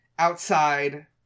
Outside